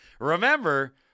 remember